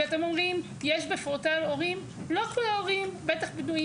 ואתם אומרים יש בפורטל הורים לא כל ההורים בטח בנויים,